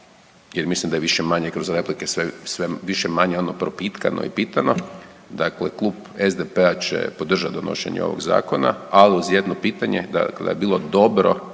jer mislim da je više-manje kroz replike sve više-manje propitkano i pitano, dakle klub SDP-a će podržati donošenje ovog zakona, ali uz jedno pitanje da bi bilo dobro